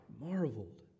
marveled